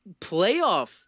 playoff